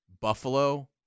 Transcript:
Buffalo